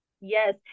Yes